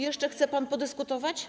Jeszcze chce pan podyskutować?